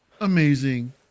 amazing